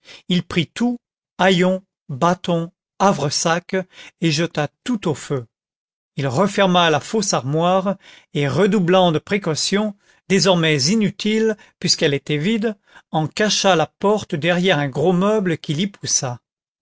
il prit tout haillons bâton havresac et jeta tout au feu il referma la fausse armoire et redoublant de précautions désormais inutiles puisqu'elle était vide en cacha la porte derrière un gros meuble qu'il y poussa